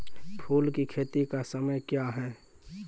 फुल की खेती का समय क्या हैं?